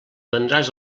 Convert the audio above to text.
vendràs